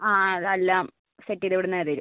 ആ എല്ലാം സെറ്റ് ചെയ്ത് ഇവിടുന്നുതന്നെ തരും